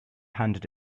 handed